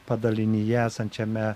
padalinyje esančiame